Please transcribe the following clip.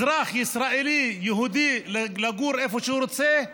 אזרח ישראלי-יהודי, לגור איפה שהוא רוצה?